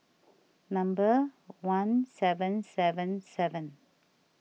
number one seven seven seven